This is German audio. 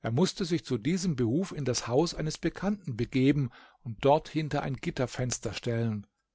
er mußte sich zu diesem behuf in das haus eines bekannten begeben und dort hinter ein gitterfenster stellen